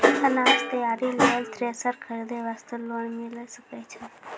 अनाज तैयारी लेल थ्रेसर खरीदे वास्ते लोन मिले सकय छै?